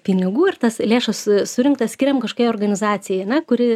pinigų ir tas lėšas surinktas skiriam kažkokiai organizacijai ane kuri